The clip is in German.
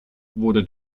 wurde